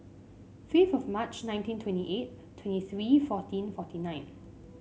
fifth of March nineteen twenty eight twenty three fourteen forty nine